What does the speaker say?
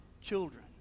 children